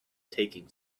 taking